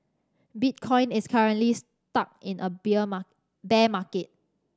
bitcoin is currently stuck in a bear bare market